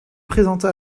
présenta